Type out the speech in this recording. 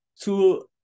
two